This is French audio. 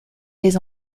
les